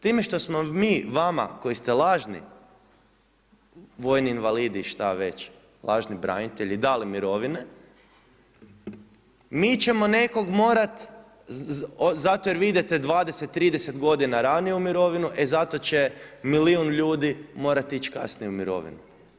Time što smo mi vama koji ste lažni vojni invalidi šta već, lažni branitelji dali mirovine mi ćemo nekog morati zato jer vi idete 20, 30 godina ranije u mirovinu, e zato će milijun ljudi morati ići kasnije u mirovinu.